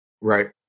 right